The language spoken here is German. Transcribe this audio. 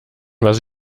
was